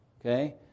okay